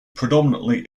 predominantly